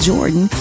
Jordan